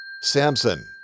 Samson